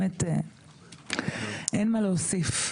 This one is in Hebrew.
אין מה להוסיף.